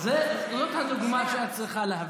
כן, זאת הדוגמה שאת צריכה להביא.